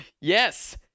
Yes